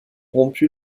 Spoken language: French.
rompu